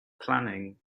planning